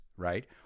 right